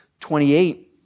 28